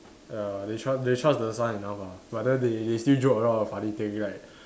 ya they trust they trust the son enough lah but then they they still joke around funny thing like